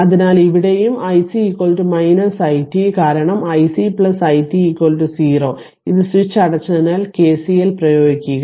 അതിനാൽ ഇവിടെയും iC it കാരണം iC i t 0 ഇത് സ്വിച്ച് അടച്ചതിനാൽ KCL പ്രയോഗിക്കുക